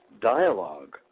dialogue